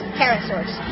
Pterosaurs